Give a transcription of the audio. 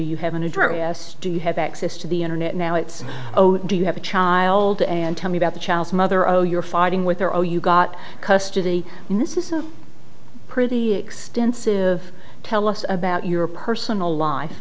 you have an address do you have access to the internet now it's do you have a child and tell me about the child's mother oh you're fighting with your oh you got custody and this is a pretty extensive tell us about your personal life